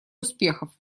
успехов